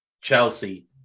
Chelsea